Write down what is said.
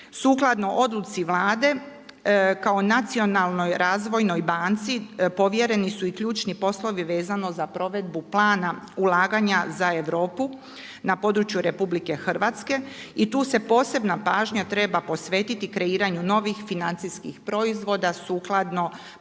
Sukladno odluci Vlade kao nacionalnoj razvojnoj banci povjereni su i ključni poslovi vezano za provedbu plana ulaganja za Europu na području RH i tu se posebna pažnja treba posvetiti kreiranju novih financijskih proizvoda sukladno potrebama